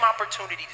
opportunity